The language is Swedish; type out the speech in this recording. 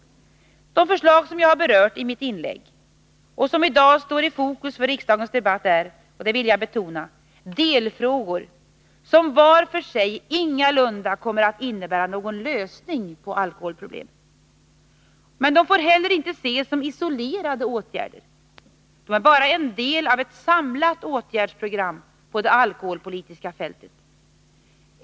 De förslag som jag har berört i mitt inlägg och som i dag står i fokus för riksdagens debatt är — det vill jag betona — delfrågor, som var för sig ingalunda kommer att innebära någon lösning på alkoholproblemen. De får heller inte ses som isolerade åtgärder. De är bara en del av ett samlat åtgärdsprogram på det alkoholpolitiska området.